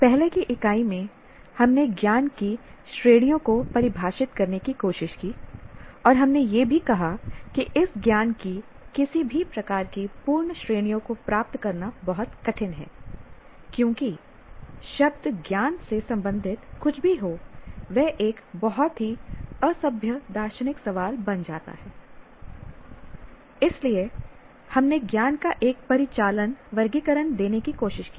पहले की इकाई में हमने ज्ञान की श्रेणियों को परिभाषित करने की कोशिश की और हमने यह भी कहा कि इस ज्ञान की किसी भी प्रकार की पूर्ण श्रेणियों को प्राप्त करना बहुत कठिन है क्योंकि शब्द ज्ञान से संबंधित कुछ भी हो वह एक बहुत ही असभ्य दार्शनिक सवाल बन जाता है इसलिए हमने ज्ञान का एक परिचालन वर्गीकरण देने की कोशिश की